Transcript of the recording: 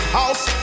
house